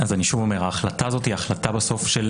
אני אומר שוב, ההחלטה הזאת היא החלטה של מדיניות.